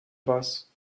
bus